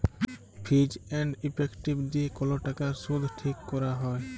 fees and effective দিয়ে কল টাকার শুধ ঠিক ক্যরা হ্যয়